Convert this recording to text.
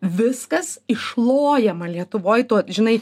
viskas išlojama lietuvoj tuo žinai